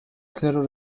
clero